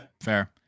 Fair